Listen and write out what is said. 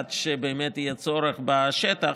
עד שיהיה צורך בשטח,